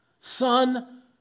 son